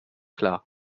klar